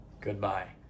Goodbye